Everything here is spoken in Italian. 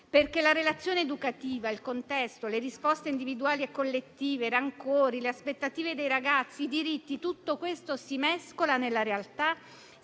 perché la relazione educativa, il contesto, le risposte individuali e collettive, i rancori, le aspettative dei ragazzi e i diritti si mescolano nella realtà,